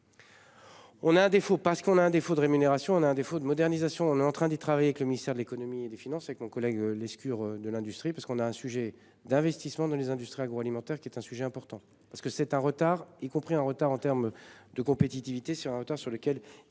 On a des faux pas qu'on a un défaut de rémunération, on a un défaut de modernisation, on est en train d'y travailler, que le ministère de l'Économie et des Finances avec mon collègue Lescure de l'industrie parce qu'on a un sujet d'investissements dans les industries agroalimentaires qui est un sujet important parce que c'est un retard, y compris en retard en termes de compétitivité sur, sur lequel